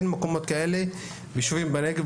אין מקומות כאלה ביישובים בנגב,